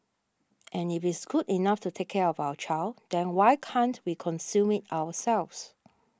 and if it's good enough to take care of our child then why can't be consume it ourselves